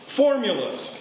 formulas